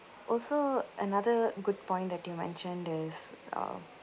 also another good point that you mentioned is uh